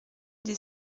des